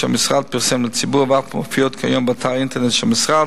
שהמשרד פרסם לציבור ואף מופיעות גם כיום באתר האינטרנט של המשרד,